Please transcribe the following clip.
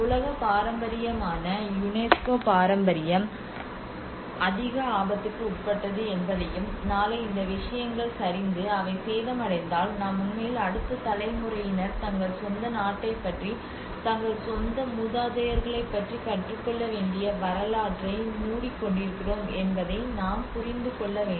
உலக பாரம்பரியமான யுனெஸ்கோ பாரம்பரியம் அதிக ஆபத்துக்கு உட்பட்டது என்பதையும் நாளை இந்த விஷயங்கள் சரிந்து அவை சேதமடைந்தால் நாம் உண்மையில் அடுத்த தலைமுறையினர் தங்கள் சொந்த நாட்டைப் பற்றி தங்கள் சொந்த மூதாதையர்களைப் பற்றி கற்றுக்கொள்ள வேண்டிய வரலாற்றை மூடிக்கொண்டிருக்கிறோம் என்பதை நாம் புரிந்து கொள்ள வேண்டும்